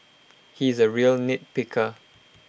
he is A real nitpicker